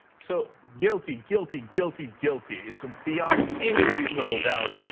so guilty, guilty guilty guilty it's a beyond any reasonable doubt.